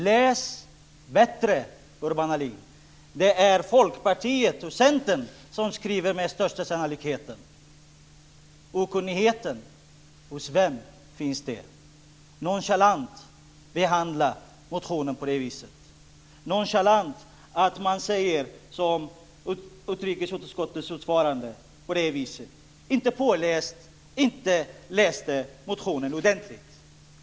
Läs bättre, Urban Ahlin. Det är Folkpartiet och Centern som skriver "med största sannolikhet". Hos vem finns okunnigheten? Det är nonchalant att behandla motionen på det viset. Det är nonchalant att säga som utrikesutskottets ordförande. Han är inte påläst, har inte läst motionen ordentligt.